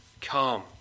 come